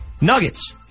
Nuggets